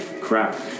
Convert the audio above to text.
crap